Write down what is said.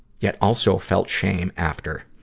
yet also felt shame after.